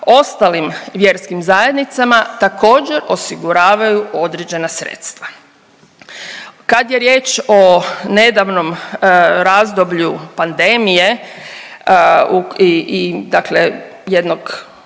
ostalim vjerskim zajednicama također osiguravaju određena sredstva. Kad je riječ o nedavnom razdoblju pandemije i, i dakle